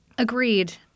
Agreed